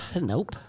Nope